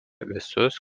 visus